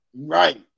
Right